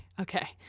okay